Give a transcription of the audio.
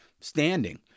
standing